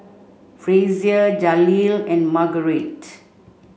Frazier Jaleel and Margarite